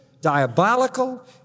diabolical